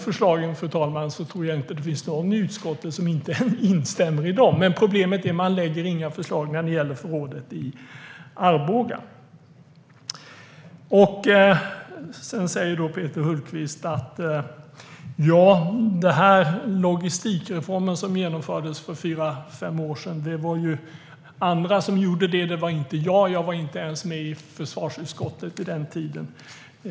Det finns nog ingen i försvarsutskottet som inte instämmer i dessa förslag, men problemet är att utredningen inte lägger fram några förslag vad gäller förrådet i Arboga. Peter Hultqvist säger att det var andra som genomförde logistikreformen för fyra fem år sedan, inte han. Han var inte ens med i försvarsutskottet vid den tiden.